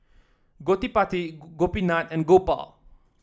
Gottipati Gopinath and Gopal